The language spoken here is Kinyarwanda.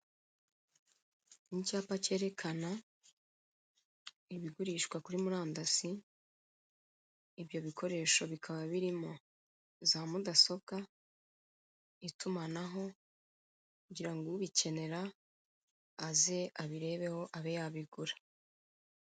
Icyapa kerekana ibigurishwa kuri murandasi, ibyo bikoresho bikaba birimo za mudasobwa, itumanaho kugira ngo ubikenera aze abirebeho abe yabigura.